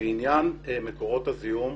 לעניין מקורות הזיהום.